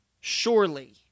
Surely